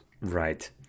Right